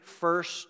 first